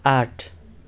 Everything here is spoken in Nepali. आठ